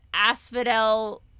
Asphodel